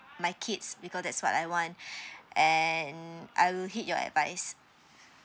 my kids because that's what I want and I will hit your advice